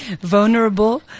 vulnerable